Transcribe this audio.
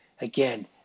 again